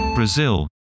Brazil